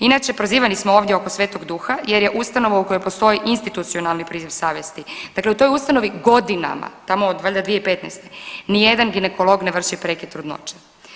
Inače prozivani smo ovdje oko Svetog Duha jer je ustanova u kojoj postoji institucionalni priziv savjesti, dakle u toj ustanovi godinama, tamo valjda od 2015., nijedan ginekolog ne vrši prekid trudnoće.